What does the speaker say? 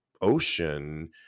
ocean